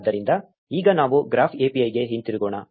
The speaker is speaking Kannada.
ಆದ್ದರಿಂದ ಈಗ ನಾವು ಗ್ರಾಫ್ API ಗೆ ಹಿಂತಿರುಗೋಣ